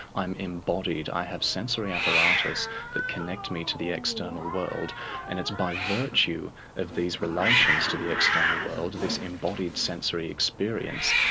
i'm embodied, i have sensory apparatus that connects me to the external world and it's by virtue of these relations to the external world, this embodied sensory experience,